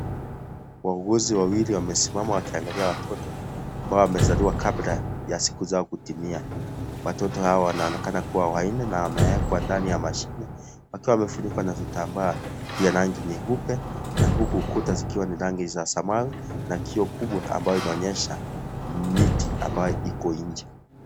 Wauguzi wawili wamesimama wakiangalia watoto ambao wamezaliwa kabla ya siku zao kutimia. Watoto hao wanaonekana kua wanne na wamewekwa ndani ya mashine, wakiwa wamefunikwa na vitambaa vya rangi nyeupe na huku ukuta zikiwa ni za rangi ya samawi na kioo kubwa ambayo inaonyesha miti ambayo iko nje.